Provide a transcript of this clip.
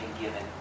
given